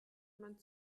man